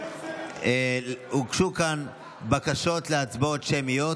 הוגשו כאן בקשות להצבעות שמיות.